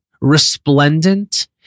resplendent